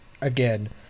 again